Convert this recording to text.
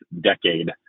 decade